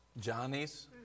Johnny's